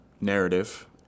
narrative